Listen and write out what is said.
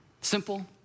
Simple